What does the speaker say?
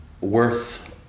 worth